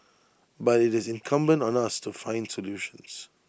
but IT is incumbent on us to find solutions